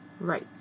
Right